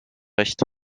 recht